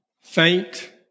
faint